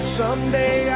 someday